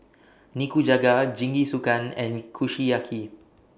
Nikujaga Jingisukan and Kushiyaki